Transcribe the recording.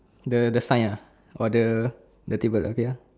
the the sign uh or the the table okay ya